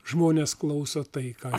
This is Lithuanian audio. žmonės klauso tai ką